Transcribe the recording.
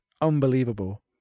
unbelievable